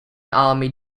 army